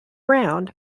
round